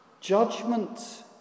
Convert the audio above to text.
Judgment